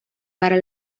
para